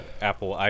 Apple